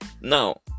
Now